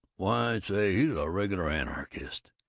why, say, he's a regular anarchist!